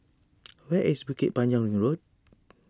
where is Bukit Panjang Ring Road